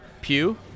Pew